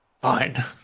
Fine